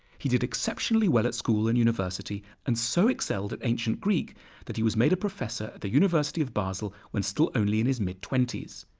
he did exceptionally well at school and university and so excelled at ancient greek that he was made a professor at the university of basel when still only in his mid-twenties.